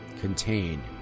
contain